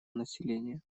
населения